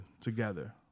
Together